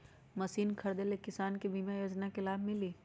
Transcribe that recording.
Machine खरीदे ले किसान के बीमा योजना के लाभ मिली?